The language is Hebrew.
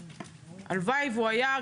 הלוואי שהוא היה.